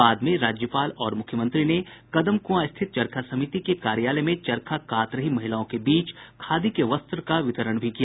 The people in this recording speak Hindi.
बाद में राज्यपाल और मूख्यमंत्री ने कदमकुंआ स्थित चरखा समिति के कार्यालय में चरखा कात रही महिलाओं के बीच खादी के वस्त्र का वितरण भी किया